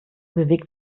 bewegt